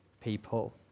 people